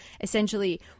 essentially